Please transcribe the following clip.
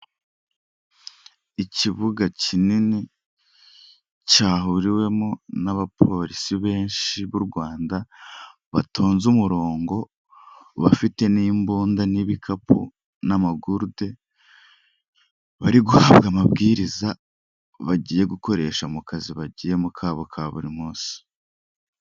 Serivisi za banki ya kigali zegerejwe abaturage ahanga baragaragaza uko ibikorwa biri kugenda bikorwa aho bagaragaza ko batanga serivisi zo kubika, kubikura, kuguriza ndetse no kwakirana yombi abakiriya bakagira bati murakaza neza.